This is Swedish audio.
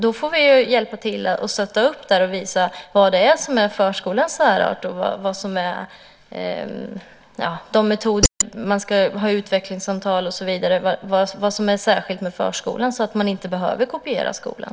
Vi får hjälpa till att stötta upp och visa vad som är förskolans särart, att ha utvecklingssamtal och så vidare, och vad som är särskilt med förskolan så att man inte behöver kopiera skolan.